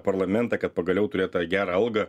parlamentą kad pagaliau turėt tą gerą algą